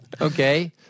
Okay